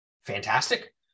fantastic